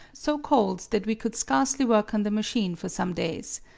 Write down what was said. so cold that we could scarcely work on the machine for some days.